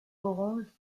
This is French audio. orange